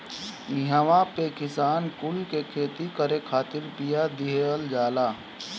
इहां पे किसान कुल के खेती करे खातिर बिया दिहल जाला